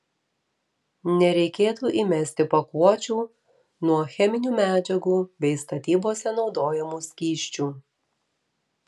nereikėtų įmesti pakuočių nuo cheminių medžiagų bei statybose naudojamų skysčių